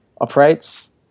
operates